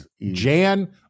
Jan